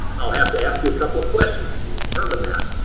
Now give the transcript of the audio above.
i'll have to ask you a couple of questions to determine that.